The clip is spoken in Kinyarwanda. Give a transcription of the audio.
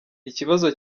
ikibazo